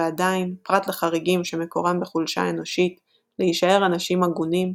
ועדיין – פרט לחריגים שמקורם בחולשה אנושית – להישאר אנשים הגונים,